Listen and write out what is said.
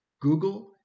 Google